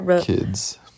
kids